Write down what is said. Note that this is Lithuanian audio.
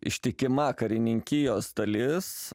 ištikima karininkijos dalis